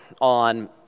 on